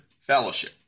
fellowship